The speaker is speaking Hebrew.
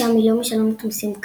שם היא לא משלמת מיסים כלל.